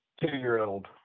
Two-year-old